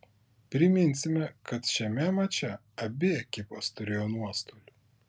priminsime kad šiame mače abi ekipos turėjo nuostolių